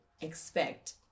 expect